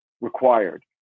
required